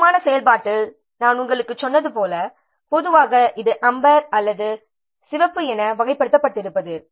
முக்கியமான செயல்பாட்டில் நான் உங்களுக்குச் சொன்னது போல பொதுவாக இது அம்பர் அல்லது சிவப்பு என வகைப்படுத்தப்பட்டிருப்பது